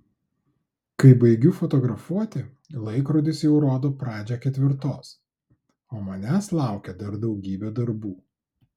kai baigiu fotografuoti laikrodis jau rodo pradžią ketvirtos o manęs laukia dar daugybė darbų